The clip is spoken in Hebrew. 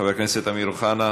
חבר הכנסת אוחנה,